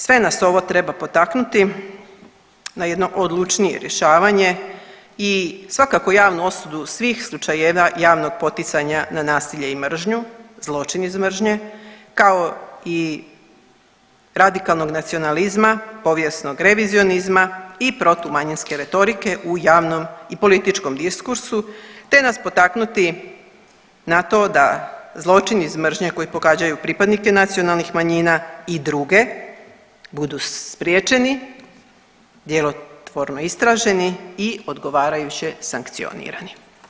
Sve nas ovo treba potaknuti na jedno odlučnije rješavanje i svakako javnu osudu svih slučajeva javnog poticanja na nasilje i mržnju, zločin iz mržnje, kao i radikalnog nacionalizma, povijesnog revizionizma i protumanjinske retorike u javnom i političkom diskursu, te nas potaknuti na to da zločin iz mržnje koji pogađaju pripadnike nacionalnih manjina i druge budu spriječeni, djelotvorno istraženi i odgovarajuće sankcionirani.